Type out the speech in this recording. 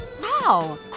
Wow